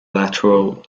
lateral